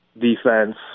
defense